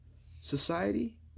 society